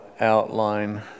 outline